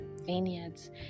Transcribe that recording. vineyards